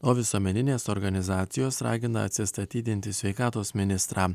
o visuomeninės organizacijos ragina atsistatydinti sveikatos ministrą